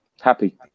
Happy